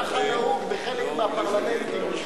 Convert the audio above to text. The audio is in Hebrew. כך נהוג בחלק מהפרלמנטים.